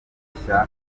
rugamba